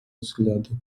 взгляды